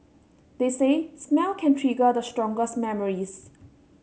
they say smell can trigger the strongest memories